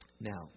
Now